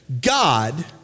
God